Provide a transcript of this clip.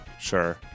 Sure